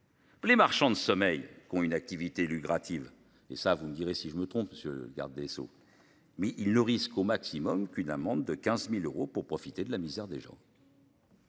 Les marchands de sommeil qui ont une activité lucrative. Et ça vous me direz si je me trompe parce que le garde des Sceaux. Mais il le risque au maximum qu'une amende de 15.000 euros pour profiter de la misère des gens.